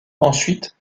ensuite